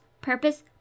Purpose